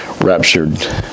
raptured